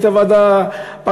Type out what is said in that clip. והייתה ועדת חקירה